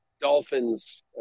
Dolphins